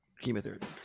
chemotherapy